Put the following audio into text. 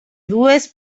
dues